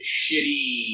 shitty